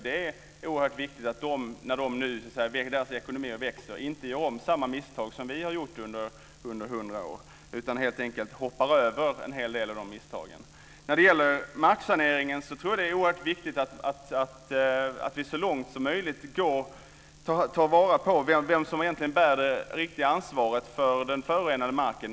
Det är oerhört viktigt att de när deras ekonomi växer inte gör om samma misstag som vi har gjort under 100 år utan undviker en hel del av dessa misstag. När det gäller marksaneringen tror jag att det är oerhört viktigt att vi så långt som möjligt tar vara på vem som egentligen bär det verkliga ansvaret för den förorenade marken.